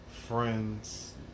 friends